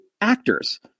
actors